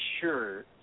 sure